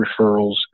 referrals